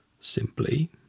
simply